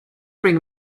bring